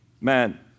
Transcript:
Man